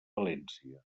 valència